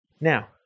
now